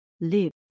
live